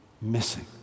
missing